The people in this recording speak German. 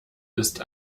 ist